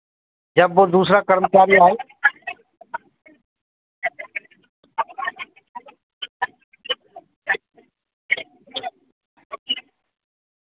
जब वह दूसरा कर्मचारी आए